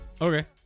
Okay